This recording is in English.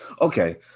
Okay